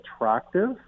attractive